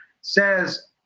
says